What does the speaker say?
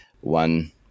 one